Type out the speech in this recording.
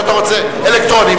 הצבעה אלקטרונית.